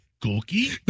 Cookie